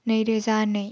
नैरोजा नै